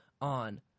on